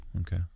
Okay